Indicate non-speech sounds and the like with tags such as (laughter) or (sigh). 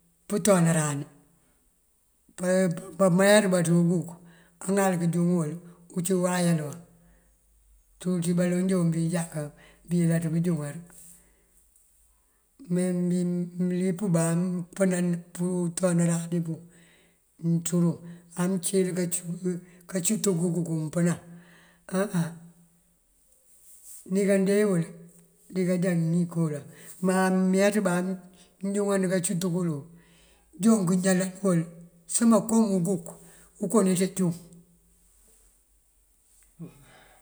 Pëţonarani (hesitation) pamayar bá ţí uguk aŋal këjúŋ wul ucí uwayal waŋ. Ţul ţí baloŋ doon bëjáka buyëlaţ bëjúŋar. Me mëmbí mënlip bá ampënan pëţonarani puŋ mënţú duŋ amëncul kacuţ uguk kuŋ mëmpënaŋ áa ní kandeeyí wul dikajá nin koolan. Má meeţ bá amjúŋand kacuţ kul wuŋ joon këñalan wul sëma kom uguk uko neţa júŋ.